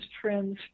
trends